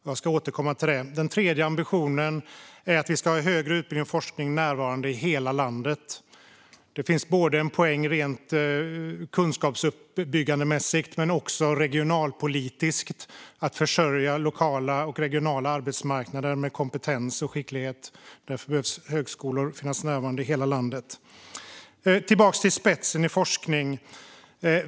Jag ska återkomma till det. Den tredje ambitionen är att högre utbildning och forskning ska finnas närvarande i hela landet. Det finns både en poäng i fråga om kunskapsuppbyggande men också en regionalpolitisk poäng när det gäller att försörja regionala och lokala arbetsmarknader med kompetens och skicklighet. Därför behöver det finnas högskolor i hela landet. Tillbaka till spetsen i forskning.